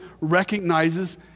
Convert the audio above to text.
recognizes